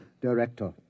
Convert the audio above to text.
director